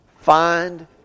find